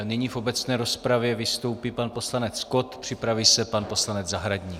Nyní v obecné rozpravě vystoupí pan poslanec Kott, připraví se pan poslanec Zahradník.